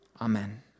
Amen